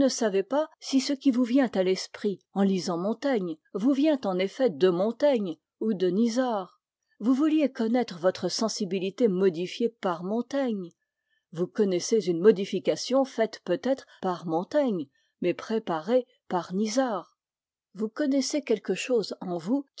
ne savez pas si ce qui vous vient à l'esprit en lisant montaigne vous vient en effet de montaigne ou de nisard vous vouliez connaître votre sensibilité modifiée par montaigne vous connaissez une modification faite peut-être par montaigne mais préparée par nisard vous connaissez quelque chose en vous